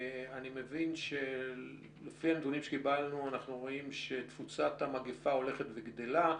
אני מבין שלפי הנתונים שקיבלנו אנחנו רואים שתפוצת המגיפה הולכת וגדלה.